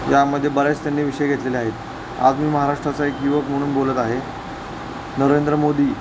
यामध्ये बऱ्याच त्यांनी विषय घेतलेले आहेत आज मी महाराष्ट्राचा एक युवक म्हणून बोलत आहे नरेंद्र मोदी